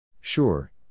Sure